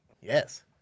Yes